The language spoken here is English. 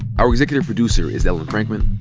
our executive producer is ellen frankman.